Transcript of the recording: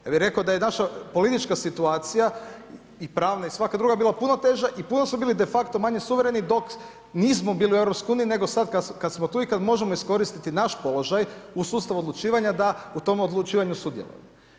Ja bi rekao da je naša politička situacija i pravna i sva druga bila puno teža i puno su bili de facto manje suvereni dok nismo bili u EU-u, nego sad kad smo tu i kad možemo iskoristiti naš položaj u sustavu odlučivanja da u tom odlučivanju sudjelujemo.